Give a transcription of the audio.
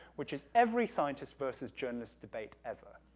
which is every scientist versus journalist debate ever,